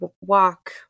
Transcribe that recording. walk